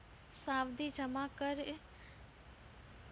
सावधि जमा एक निश्चित अवधि तक के निवेश छिकै